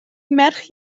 merch